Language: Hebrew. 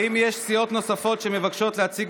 האם יש סיעות נוספות שמבקשות להציג